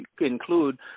include